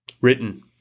Written